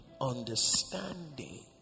understanding